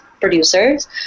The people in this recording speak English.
producers